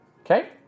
Okay